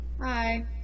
Hi